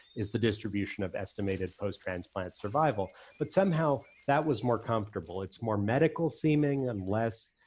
is the distribution of estimated posttransplant survival. but somehow that was more comfortable. it's more medical seeming and less,